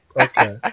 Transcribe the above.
okay